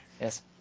Yes